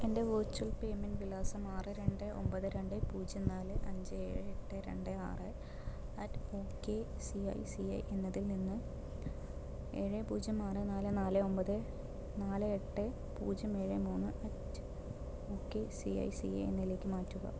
എൻ്റെ virtual payment വിലാസം ആറ് രണ്ട് ഒമ്പത് രണ്ട് പൂജ്യം നാല് അഞ്ച് ഏഴ് എട്ട് രണ്ട് ആറ് at O K C I C I എന്നതിൽ നിന്ന് ഏഴ് പൂജ്യം ആറ് നാല് നാല് ഒമ്പത് നാല് എട്ട് പൂജ്യം ഏഴ് മൂന്ന് at O K C I C I എന്നതിലേക്ക് മാറ്റുക